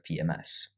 PMS